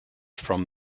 from